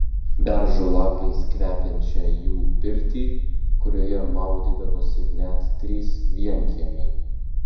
beržų lapais kvepiančią jų pirtį kurioje maudydavosi net trys vienkiemiai